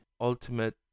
ultimate